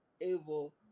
able